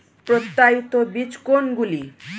প্রত্যায়িত বীজ কোনগুলি?